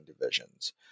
divisions